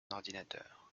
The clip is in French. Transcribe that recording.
ordinateur